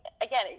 again